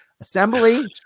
assembly